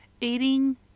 Eating